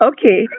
Okay